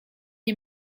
nie